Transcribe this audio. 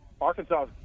Arkansas